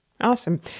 Awesome